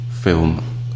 film